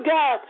God